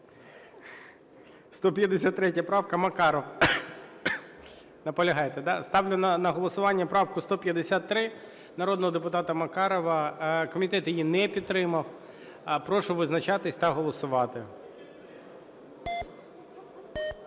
153 правка, Макаров. Наполягаєте, да? Ставлю на голосування правку 153 народного депутата Макарова. Комітет її не підтримав. Прошу визначатись та голосувати.